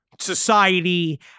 society